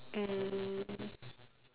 um